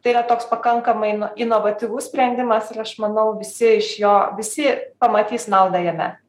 tai yra toks pakankamai ino inovatyvus sprendimas ir aš manau visi iš jo visi pamatys naudą jame